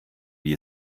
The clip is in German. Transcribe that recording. wie